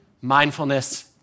mindfulness